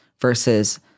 versus